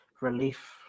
relief